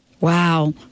Wow